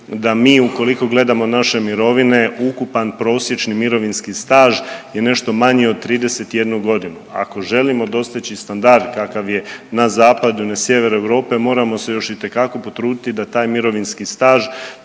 da mi ukoliko gledamo naše mirovine, ukupan prosječni mirovinski staž je nešto manji od 31.g., ako želimo dostići standard kakav je na zapadu i na sjeveru Europe moramo se još itekako potruditi da taj mirovinski staž